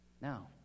Now